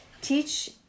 teach